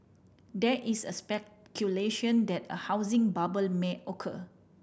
there is a speculation that a housing bubble may occur